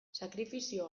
sakrifizio